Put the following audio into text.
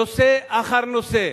נושא אחר נושא.